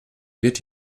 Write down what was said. wird